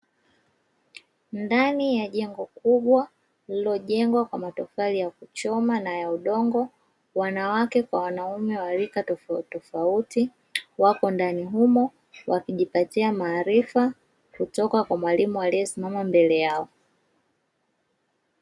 Ndani ya jengo kubwa lililojengwa kwa matofali ya kuchoma na ya udongo; wanawake kwa wanaume wa rika tofautitofauti wako ndani humo wakijipatia maarifa kutoka kwa mwalimu aliyesimama mbele yao.